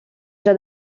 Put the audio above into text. già